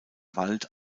wald